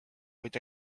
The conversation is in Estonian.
kuid